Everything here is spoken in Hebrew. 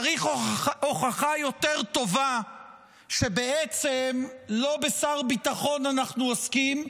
צריך הוכחה טובה יותר שבעצם לא בשר ביטחון אנחנו עוסקים,